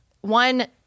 one